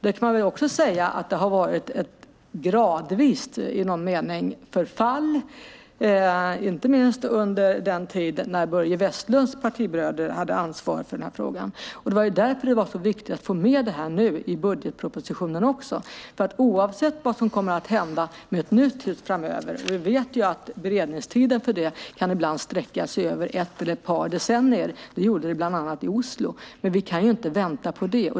Man kan väl också säga att det i någon mening har varit ett gradvis förfall, inte minst under den tid när Börje Vestlunds partibröder hade ansvar för frågan. Därför var det så viktigt att få med detta nu i budgetpropositionen. Oavsett vad som kommer att hända med ett nytt hus framöver - vi vet att beredningstiden ibland kan sträcka sig över ett eller ett par decennier, vilket det gjorde bland annat i Oslo - kan vi inte vänta på det.